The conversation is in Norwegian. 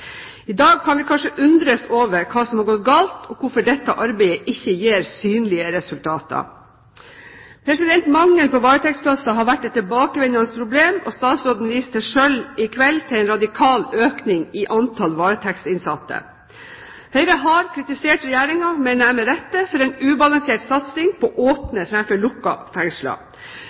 I dag kan vi kanskje undres over hva som har gått galt, og hvorfor dette arbeidet ikke gir synlige resultater. Mangel på varetektsplasser har vært et tilbakevendende problem, og statsråden viste selv i kveld til en radikal økning i antall varetektsinnsatte. Høyre har kritisert Regjeringen – jeg mener med rette – for en ubalansert satsing på åpne framfor lukkede fengsler.